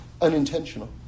Unintentional